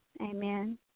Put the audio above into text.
Amen